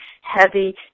heavy